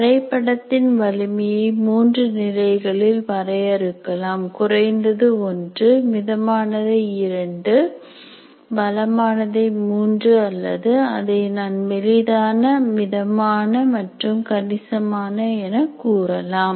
வரைபடத்தின் வலிமையை மூன்று நிலைகளில் வரையறுக்கலாம் குறைந்தது 1 மிதமானதை இரண்டு பலமானதை மூன்று அல்லது அதை நான் மெலிதான மிதமான மற்றும் கணிசமான என கூறலாம்